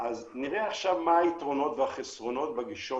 נראה עכשיו מה היתרונות והחסרונות בגישות